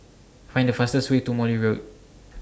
Find The fastest Way to Morley Road